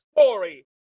story